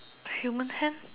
a human hand